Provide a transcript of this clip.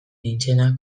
nintzena